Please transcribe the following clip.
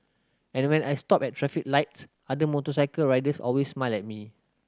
and when I stop at traffic lights other motorcycle riders always smile at me